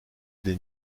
des